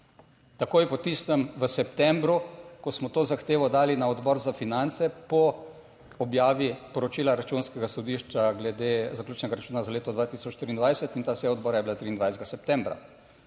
Takoj po tistem v septembru, ko smo to zahtevo dali na Odbor za finance, po objavi poročila Računskega sodišča glede zaključnega računa za leto 2023 in ta seja odbora je bila 23. septembra.